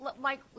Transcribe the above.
Mike